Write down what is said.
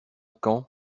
quand